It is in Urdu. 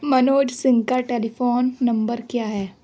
منوج سنگھ کا ٹیلی فون نمبر کیا ہے